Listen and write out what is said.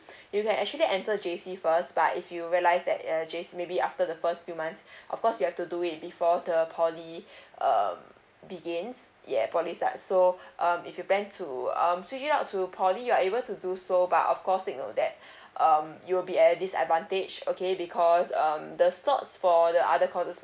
you can actually enter J_C first but if you realise that uh J_C maybe after the first few months of course you have to do it before the poly uh begins yet poly start so um if you plan to um switch it out to poly you're able to do so but of course take note that um you'll be disadvantage okay because um the slots for the other courses